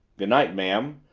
good night, ma'am,